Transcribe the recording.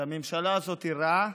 שהממשלה הזאת היא רעה,